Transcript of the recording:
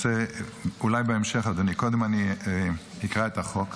אולי אני אקרא קודם את החוק,